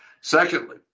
Secondly